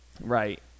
Right